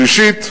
שלישית,